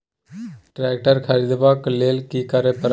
Tractor खरीदबाक लेल की करय परत?